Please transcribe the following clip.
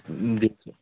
دیکھیے